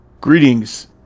Greetings